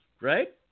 right